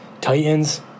Titans